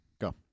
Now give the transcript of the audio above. Go